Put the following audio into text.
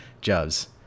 jobs